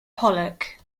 pollock